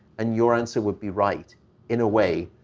and your answer would be right in a way,